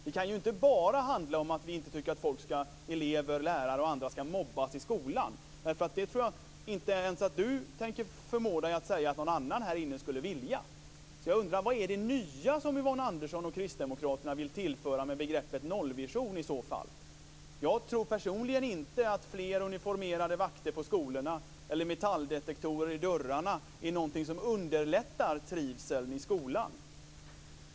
Det kan inte bara handla om att vi inte tycker att elever, lärare och andra skall mobbas i skolan. Jag tror att inte ens Yvonne Andersson kan förmå sig att säga att någon annan här inne skulle vilja det. Jag undrar: Vad är det nya som Yvonne Andersson och Kristdemokraterna i så fall vill tillföra med begreppet nollvision? Jag tror personligen inte att fler uniformerade vakter på skolorna eller metalldetektorer i dörrarna är någonting som underlättar trivseln i skolan.